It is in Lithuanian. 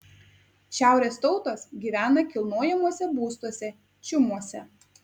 šiaurės tautos gyvena kilnojamuose būstuose čiumuose